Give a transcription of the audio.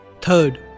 Third